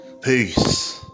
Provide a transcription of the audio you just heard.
Peace